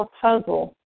puzzle